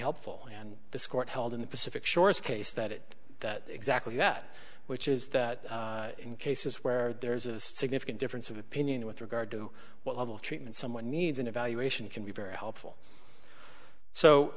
helpful and this court held in the pacific shores case that it exactly that which is that in cases where there is a significant difference of opinion with regard to what level of treatment someone needs an evaluation can be very helpful so